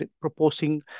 proposing